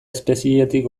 espezietik